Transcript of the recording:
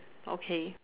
okay